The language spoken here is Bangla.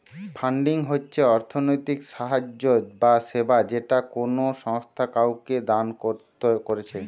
ফান্ডিং হচ্ছে অর্থনৈতিক সাহায্য বা সেবা যেটা কোনো সংস্থা কাওকে দান কোরছে